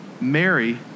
Mary